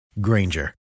Granger